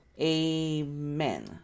Amen